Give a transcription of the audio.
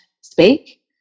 speak